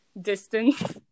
distance